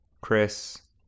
Chris